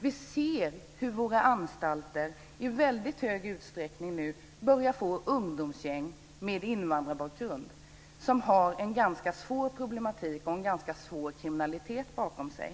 Vi ser hur våra anstalter nu i väldigt stor utsträckning börjar få ungdomsgäng med invandrarbakgrund. Dessa ungdomar har en ganska svår problematik och en ganska svår kriminalitet bakom sig.